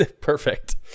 Perfect